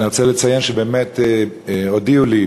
אני רוצה לציין שבאמת הודיעו לי,